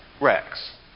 Rex